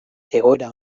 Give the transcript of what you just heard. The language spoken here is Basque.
egoera